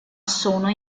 sono